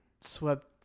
swept